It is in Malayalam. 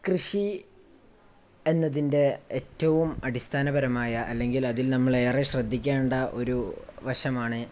കൃഷി എന്നതിൻ്റെ ഏറ്റവും അടിസ്ഥാനപരമായ അല്ലെങ്കിൽ അതിൽ നമ്മളേറെ ശ്രദ്ധിക്കേണ്ട ഒരു വശമാണ്